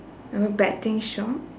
a betting shop